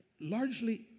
largely